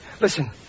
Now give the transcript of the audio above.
Listen